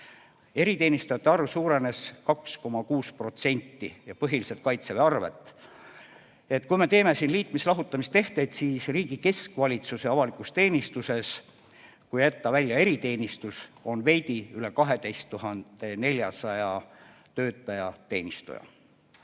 Eriteenistujate arv suurenes 2,6%, põhiliselt oli tegu Kaitseväega. Kui me teeme siin liitmis-lahutamistehteid, siis riigi keskvalitsuse avalikus teenistuses, kui jätta välja eriteenistus, on veidi üle 12 400 töötaja-teenistuja,